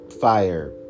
fire